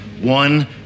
One